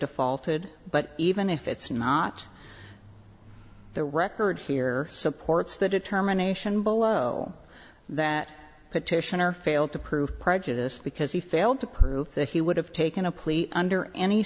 defaulted but even if it's not the record here supports the determination below that petitioner failed to prove prejudice because he failed to prove that he would have taken a plea under any